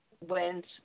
went